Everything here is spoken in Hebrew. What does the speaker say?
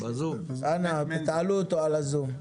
אנא, תעלו אותו בזום.